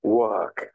work